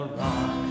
rock